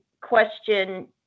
question